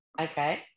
okay